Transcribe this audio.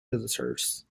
visitors